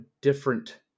different